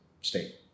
state